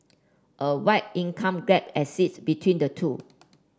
a wide income gap exists between the two